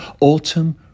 autumn